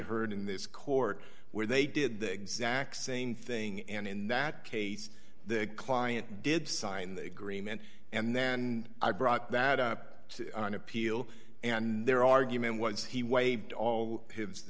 heard in this court where they did the exact same thing and in that case the client did sign the agreement and then i brought that up on appeal and their argument was he waived all his